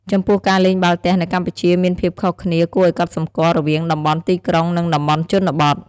ចំពោះការលេងបាល់ទះនៅកម្ពុជាមានភាពខុសគ្នាគួរឱ្យកត់សម្គាល់រវាងតំបន់ទីក្រុង និងតំបន់ជនបទ។